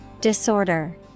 Disorder